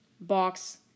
box